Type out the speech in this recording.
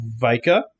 Vika